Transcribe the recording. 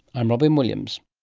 i'm robyn williams